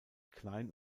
klein